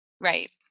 Right